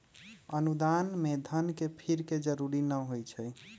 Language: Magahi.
अनुदान में धन के फिरे के जरूरी न होइ छइ